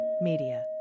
Media